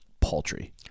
paltry